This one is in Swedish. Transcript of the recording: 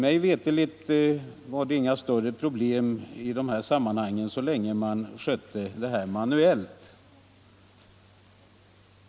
Mig veterligt var det inga större problem i dessa sammanhang så länge man skötte det hela manuellt.